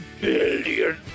billion